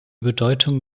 bedeutung